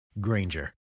Granger